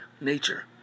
nature